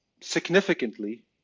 significantly